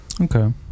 Okay